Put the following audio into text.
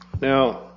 Now